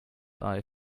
eye